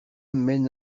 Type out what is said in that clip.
mène